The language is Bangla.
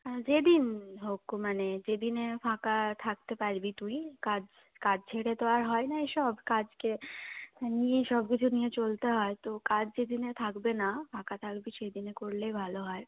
হ্যাঁ যেদিন হোক মানে যেদিনে ফাঁকা থাকতে পারবি তুই কাজ কাজ ছেড়ে তো আর হয় না এসব কাজকে নিয়েই সবকিছু নিয়ে চলতে হয় তো কাজ যেদিনে থাকবে না ফাঁকা থাকবি সেই দিনে করলেই ভালো হয়